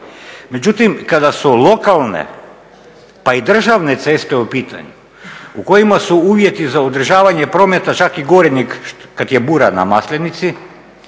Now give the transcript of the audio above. međutim kada su lokalne pa i državne ceste u pitanju u kojima su uvjeti za održavanje prometa čak i gori nego kada je bura na Maslenici,